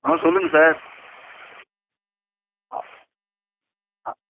ஆ சொல்லுங்கள் சார் ஆ ஆ